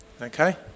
Okay